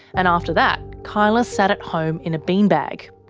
and after that kyla sat at home in a bean bag.